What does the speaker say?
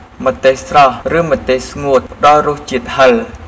ម្ទេសស្រស់ ឬម្ទេសស្ងួត ផ្តល់រសជាតិហឹរ ។